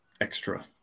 extra